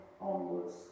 onwards